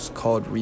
called